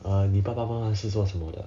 uh 你爸爸妈妈是做什么的